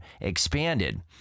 expanded